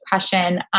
depression